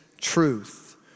truth